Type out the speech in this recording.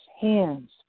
hands